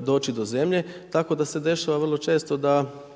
doći do zemlje, tako da se dešava vrlo često da